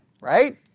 Right